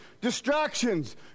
distractions